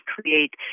create